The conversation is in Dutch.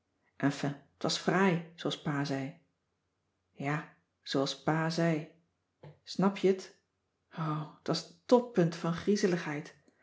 enfin t was fraai zooals pa zei ja zooals pa zei snap je t o t was het toppunt van